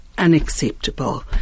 unacceptable